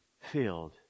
filled